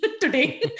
today